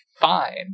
fine